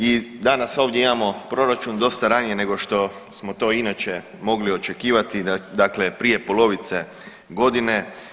I danas ovdje imamo proračun dosta ranije nego što smo to inače mogli očekivati, dakle prije polovice godine.